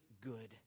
good